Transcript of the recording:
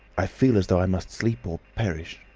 i feel as though i must sleep or perish.